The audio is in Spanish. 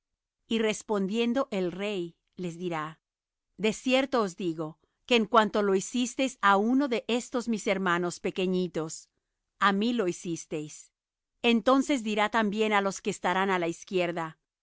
y respondiendo el rey les dirá de cierto os digo que en cuanto lo hicisteis á uno de estos mis hermanos pequeñitos á mí lo hicisteis entonces dirá también á los que estarán á la izquierda